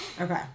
Okay